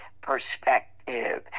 perspective